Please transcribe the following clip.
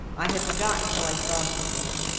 i had forgotten till i saw him again.